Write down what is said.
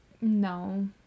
No